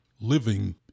living